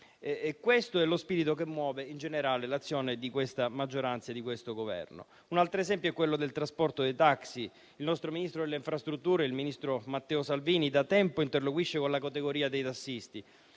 Questo è lo spirito che muove, in generale, l'azione di questa maggioranza e del Governo. Un altro esempio è quello del trasporto taxi. Il nostro Ministro delle infrastrutture, Matteo Salvini, da tempo interloquisce con la categoria dei tassisti